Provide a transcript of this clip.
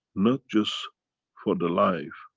not just for the life,